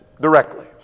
directly